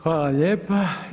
Hvala lijepa.